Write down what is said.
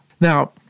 Now